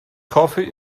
coffee